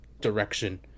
direction